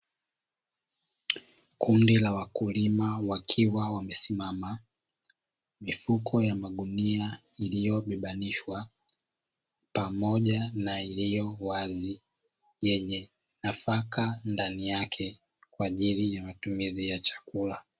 Kundi la wakulima wakiwa wamesimama mifuko ya magunia iliyo bebanishwa, pamoja na iliyo wazi yenye nafaka ndani yake kwa ajili ya matumizi ya chakula.